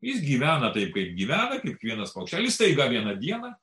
jis gyvena taip kaip gyvena kiekvienas paukštelis staiga vieną dieną